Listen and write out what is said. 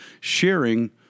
sharing